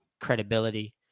credibility